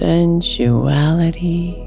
Sensuality